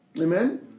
Amen